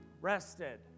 rested